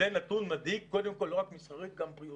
זה נתון מדאיג, לא רק מסחרית אלא גם בריאותית.